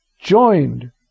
joined